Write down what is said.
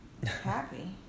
Happy